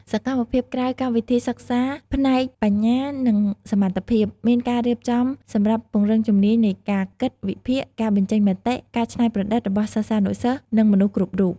សកម្មភាពក្រៅកម្មវិធីសិក្សាផ្នែកបញ្ញានិងសមត្ថភាព មានការរៀបចំសម្រាប់ពង្រឹងជំនាញនៃការគិត វិភាគ ការបញ្ចេញមតិ ការច្នៃប្រឌិតរបស់សិស្សានុសិស្ស និងមនុស្សគ្រប់រូប។